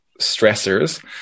stressors